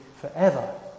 forever